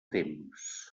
temps